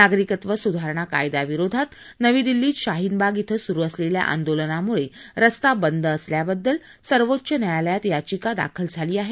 नागरिकत्व सुधारणा कायद्याविरोधात नवी दिल्लीत शाहिनबाग इथं सुरु असलेल्या आंदोलनामुळे रस्ता बंद असल्याबद्दल सर्वोच्च न्यायालयात याचिका दाखल झाली आहे